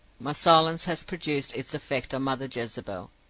my silence has produced its effect on mother jezebel.